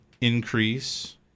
increase